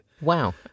Wow